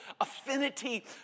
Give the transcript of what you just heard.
affinity